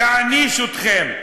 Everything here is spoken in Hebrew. יעניש אתכם.